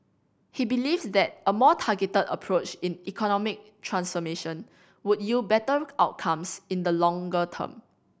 he believes that a more targeted approach in economic transformation would yield better outcomes in the longer term